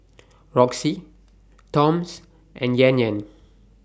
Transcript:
Roxy Toms and Yan Yan